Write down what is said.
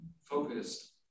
focused